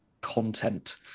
content